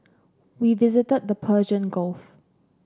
we visited the Persian Gulf